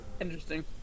Interesting